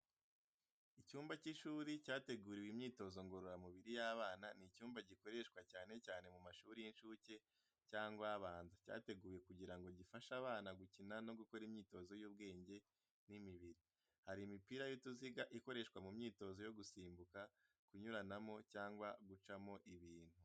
Icyumba cy’ishuri cyateguriwe imyitozo ngororamubiri y’abana ni icyumba gikoreshwa cyane cyane mu mashuri y’inshuke cyangwa abanza, cyateguwe kugira ngo gifashe abana gukina no gukora imyitozo y’ubwenge n’imibiri. Hari Imipira y’utuziga ikoreshwa mu myitozo yo gusimbuka, kunyuranamo, cyangwa gucamo ibintu.